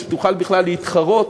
או שתוכל בכלל להתחרות